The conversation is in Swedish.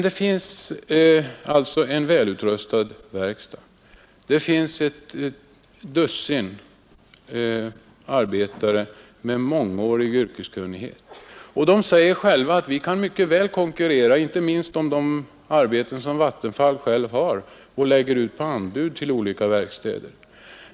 Det finns alltså en välutrustad verkstad. Det finns ett dussin arbetare med mångårig yrkeskunnighet. De säger själva att ”vi kan mycket väl konkurrera, inte minst om de arbeten som Vattenfall lägger ut på anbud till olika verkstäder”.